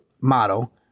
model